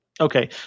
Okay